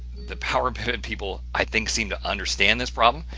the powerpivot people, i think seem to understand this problem.